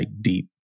deep